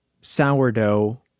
sourdough